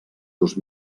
dos